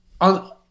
on